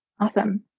Awesome